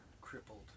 crippled